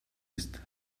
ist